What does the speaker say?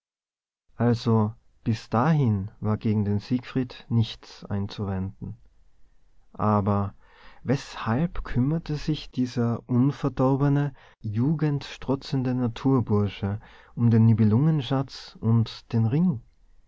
also bis dahin war gegen den siegfried nichts einzuwenden aber weshalb kümmerte sich dieser unverdorbene jugendstrotzende naturbursche um den nibelungenschatz und den ring